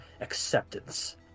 acceptance